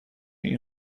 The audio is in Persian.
این